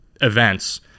events